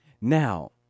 Now